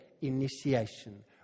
initiation